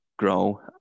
grow